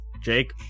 Jake